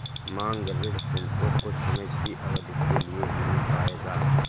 मांग ऋण तुमको कुछ समय की अवधी के लिए ही मिल पाएगा